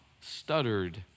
stuttered